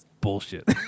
Bullshit